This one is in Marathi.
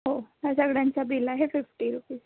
हो ह्या सगळ्यांचं बिल आहे फिफ्टी रुपीज